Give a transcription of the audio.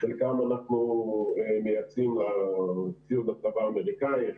חלקן אנחנו מייצאים ציוד לצבא האמריקאי,